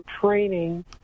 training